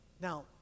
Now